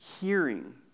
hearing